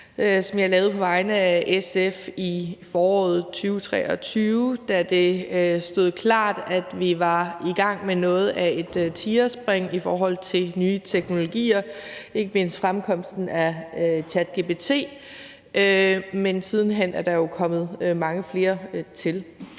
som jeg lavede på vegne af SF i foråret 2023, da det stod klart, at vi var i gang med noget af et tigerspring i forhold til nye teknologier, ikke mindst fremkomsten af ChatGPT, men siden hen er der jo kommet mange flere til.